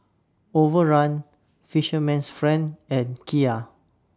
Overrun Fisherman's Friend and Kia